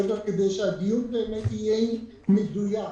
כדי שהדיון באמת יהיה מדויק.